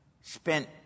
spent